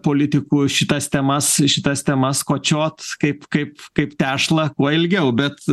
politikų šitas temas šitas temas kočiot kaip kaip kaip tešlą kuo ilgiau bet